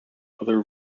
other